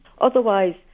otherwise